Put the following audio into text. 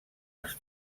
els